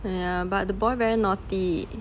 yeah but the boy very naughty